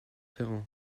ferrand